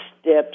steps